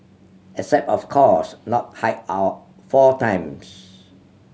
except of course not hike our four times